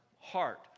heart